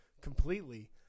completely